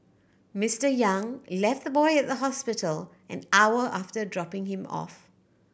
Mister Yang left the boy at the hospital an hour after dropping him off